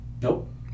Nope